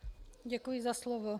Děkuji za slovo.